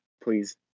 please